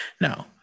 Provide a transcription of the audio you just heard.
no